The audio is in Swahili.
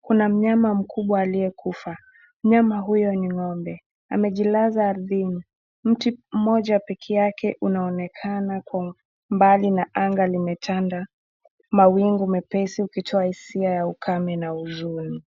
Kuna mnyama mkubwa aliye kufa, mnyama huyo ni ng'ombe, amejilaza ardhini. Mti mmoja pekee yake unaonekana kwa mbali na anga limetanda, mawingu mepesi ikitoa hisia ya ukame na huzuni.